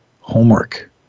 homework